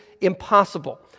impossible